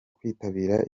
kwitabira